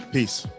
Peace